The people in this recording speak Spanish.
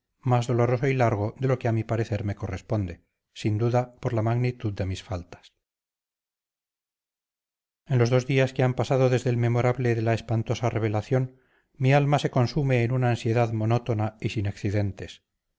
más doloroso y largo de lo que a mi parecer me corresponde sin duda por la magnitud de mis faltas en los dos días que han pasado desde el memorable de la espantosa revelación mi alma se consume en una ansiedad monótona y sin accidentes